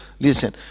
listen